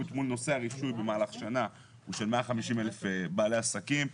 מול נושא הרישוי במהלך השנה הוא של 150 אלף בעלי עסקים.